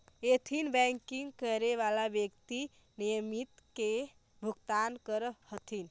ethical banking करे वाला व्यक्ति नियमित कर के भुगतान करऽ हथिन